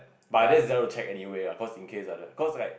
but I just double check anyway ah cause in case of the cause right